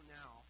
now